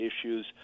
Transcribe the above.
issues